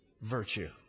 virtue